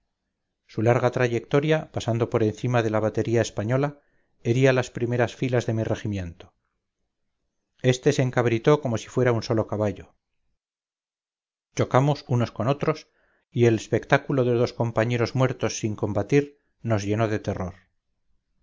su larga trayectoria pasando por encima de la batería española hería las primeras filas de mi regimiento este se encabritó como si fuera un solo caballo chocamos unos con otros y el espectáculo de dos compañeros muertos sin combatir nos llenó de terror